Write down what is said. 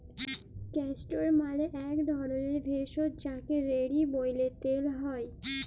castor মালে এক ধরলের ভেষজ যাকে রেড়ি ব্যলে তেল হ্যয়